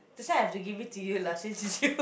that's why I have to give it to you lah since it's you